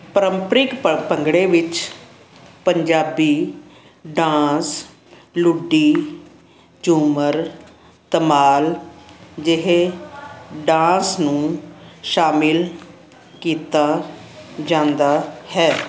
ਪਰੰਪਰਿਕ ਭੰਗੜੇ ਵਿੱਚ ਪੰਜਾਬੀ ਡਾਂਸ ਲੁੱਡੀ ਝੂਮਰ ਧਮਾਲ ਜਿਹੇ ਡਾਂਸ ਨੂੰ ਸ਼ਾਮਿਲ ਕੀਤਾ ਜਾਂਦਾ ਹੈ